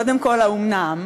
קודם כול, האומנם?